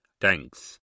Thanks